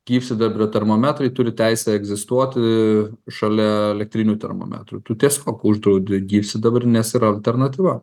gyvsidabrio termometrai turi teisę egzistuoti šalia elektrinių termometrų tu tiesiog uždraudi gyvsidabrį nes yra alternatyva